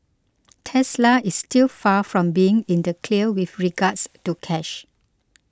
Tesla is still far from being in the clear with regards to cash